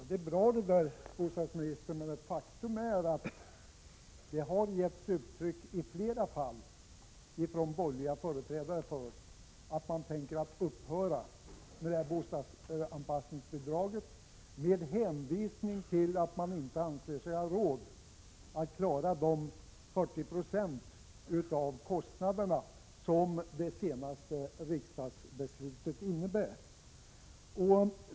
Fru talman! Detta är bra, bostadsministern. Men faktum är att det i flera fall från borgerliga företrädare har getts uttryck för att man tänker upphöra med bostadsanpassningsbidraget. Man hänvisar till att man inte anser sig ha råd att klara de 40 26 av kostnaderna som det senaste riksdagsbeslutet föreskriver.